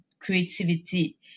creativity